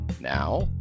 Now